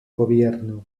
gobierno